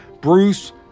Bruce